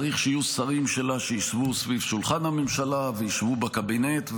צריך שיהיו שרים שלה שישבו סביב שולחן הממשלה וישבו בקבינט,